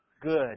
good